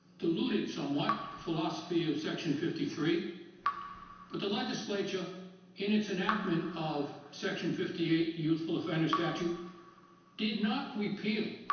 diluted somewhat philosophy of section fifty three but the legislature in its enactment of section fifty eight, the youthful offender statute did not repeal